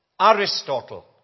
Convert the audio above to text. Aristotle